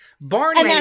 Barney